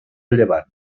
llevant